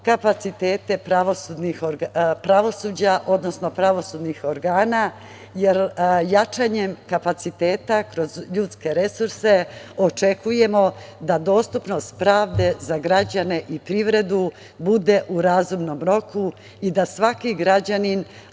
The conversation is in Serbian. kapacitete pravosuđa, odnosno pravosudnih organa, jer jačanjem kapaciteta kroz ljudske resurse očekujemo da dostupnost pravde za građane i privredu bude u razumnom roku i da svaki građanin,